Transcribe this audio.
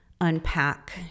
unpack